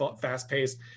fast-paced